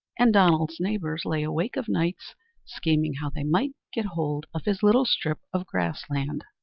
and donald's neighbours lay awake of nights scheming how they might get hold of his little strip of grass-land.